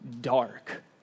dark